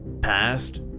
past